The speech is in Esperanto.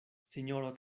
sinjoro